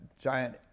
giant